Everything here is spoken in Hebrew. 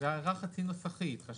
זאת הערה חצי נוסחית.